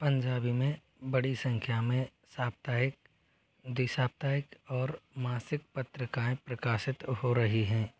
पंजाबी में बड़ी संख्या में साप्ताहिक द्विसाप्ताहिक और मासिक पत्रिकाएँ प्रकासशित हो रही हैं